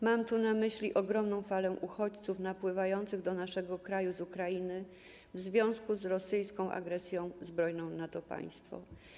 Mam tu na myśli ogromną falę uchodźców napływających do naszego kraju z Ukrainy w związku z rosyjską agresją zbrojną na to państwo.